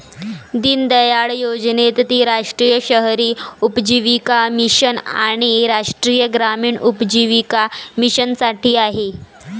दीनदयाळ योजनेत ती राष्ट्रीय शहरी उपजीविका मिशन आणि राष्ट्रीय ग्रामीण उपजीविका मिशनसाठी आहे